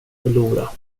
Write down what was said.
förlora